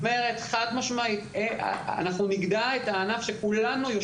חד משמעית, אנחנו נגדע את הענף שכולנו: